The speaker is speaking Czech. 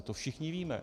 To všichni víme.